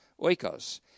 oikos